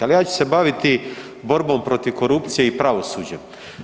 Ali ja ću se baviti borbom protiv korupcije i pravosuđem.